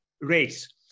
race